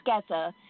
together